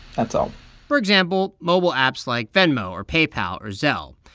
that's all for example, mobile apps like venmo or paypal or zelle.